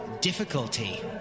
difficulty